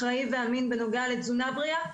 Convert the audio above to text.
אחראי ואמין בנוגע לתזונה בריאה,